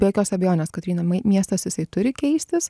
be jokios abejonės kotryna mai miestas jisai turi keistis